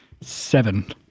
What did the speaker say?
Seven